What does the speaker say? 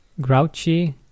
grouchy